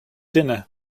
dinner